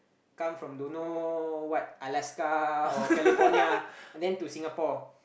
come from don't know what Alaska or California and then to Singapore